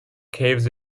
caves